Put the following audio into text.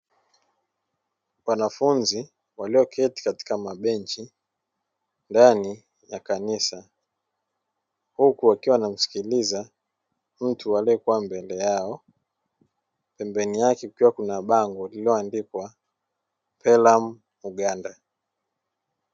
Wanafunzi walioketi katika mabenchi ndani ya kanisa; huku wakiwa wanamsikiliza mtu aliyekuwa mbele yao, pembeni yake kukiwa kuna bango lililoandikwa "pelam Uganda".